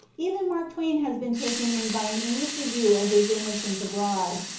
even mark twain has been taken in by an english review of his innocents abroad.